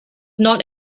not